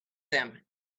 them